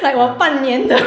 mm